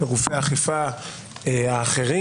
גופי האכיפה האחרים,